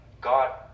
God